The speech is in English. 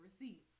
receipts